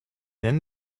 then